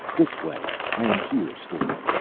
this way! i am here, steward,